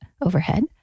overhead